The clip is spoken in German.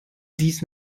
dies